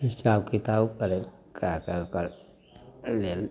हिसाब किताब करैत कै के ओकर लेल